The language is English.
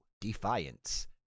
Defiance